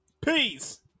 peace